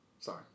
Sorry